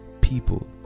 people